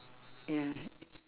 ya